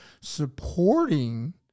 supporting